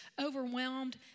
overwhelmed